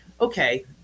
okay